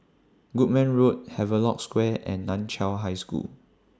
Goodman Road Havelock Square and NAN Chiau High School